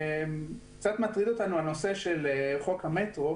קצת מטריד אותנו הנושא של חוק המטרו